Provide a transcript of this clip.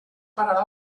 pararà